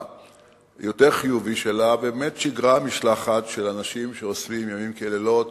היותר חיובי שלה ובאמת שיגרה משלחת של אנשים שעושים לילות